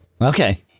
Okay